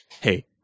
Hey